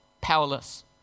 powerless